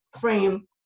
frame